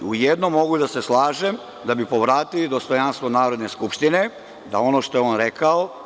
U jednom mogu da se slažem, kako bi povratili dostojanstvo Narodne skupštine, da ono što je on rekao…